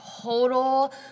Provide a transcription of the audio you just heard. total